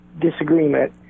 disagreement